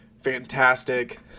fantastic